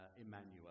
Emmanuel